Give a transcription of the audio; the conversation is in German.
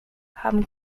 haben